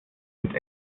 mit